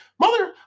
mother